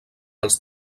els